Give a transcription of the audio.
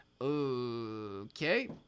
Okay